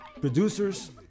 producers